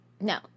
No